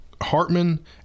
Hartman